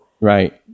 Right